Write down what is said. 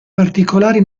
particolari